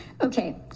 Okay